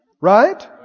Right